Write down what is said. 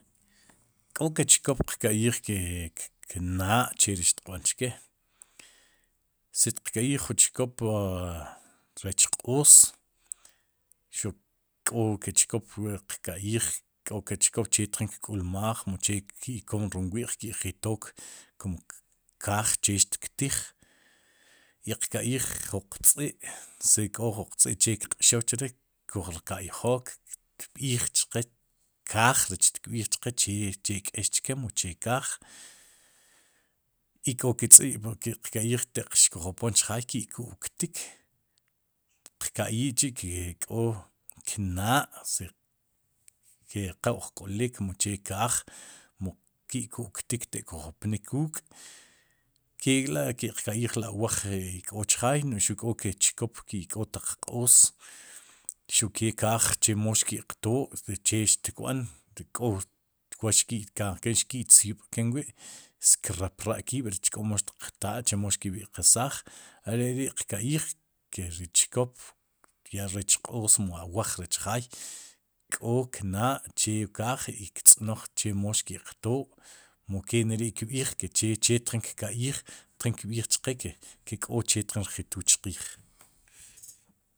K'o ke chkon qka'yiij que knaa cheri xtqb'an cheke si tiq tika'yij jun chkoop rech q'oos xuq k'o ke chkop qka'yij k'o que chkop che tjin tk'ulmmaaj muche ki'kom rum w'ij ki'jitook kum kaaj che xtktiij, i ka'yij jun qtzi' si k'o jun qtz'i'che tjin kq'xow chere koj rka'ijok tb'iij chqe kaaj tkb'ii chqe che k'ex chke mu che kaaj, y k'o ke tz'i' pur te'q xki'qka'yij, xkujjopon chjaay ki'ku'ktik, qka'yij chi' ke k'o naa' si ke qa uj k'olik mu che kaaj, mu ki'ku'ktik aataq kujopnik k'uuk' kek'la'ki'qka'yij ri aeaj ik'o chjaay no'j xuq kee k'o ke chkop ik'o taq q'oos xuq kee kaaj chemo xki'qtoo, si chee xtkb'an k'o wa'xki'kanjken xki'tzyub'ken wi' krapra'kiib' rech k'omo xtitaa chemo xkeb'eqesaj, are'ri qka'yij, ke ri chkop ya rech q'oos mu awaj recj jaay k'o knaa'che kaaj i ktz'noj chemo xki'qtoo mu keneri kb'iij ke che che tjin kka'yij tjin kkb'iij chqe ke k'o che tjin tjituul chqiij.